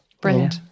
Brilliant